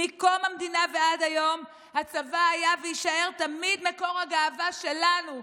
מקום המדינה ועד היום הצבא היה ויישאר תמיד מקור הגאווה שלנו,